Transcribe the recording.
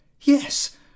Yes